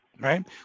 right